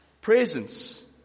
Presence